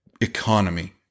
economy